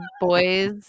boys